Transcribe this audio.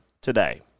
today